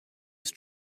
this